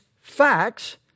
facts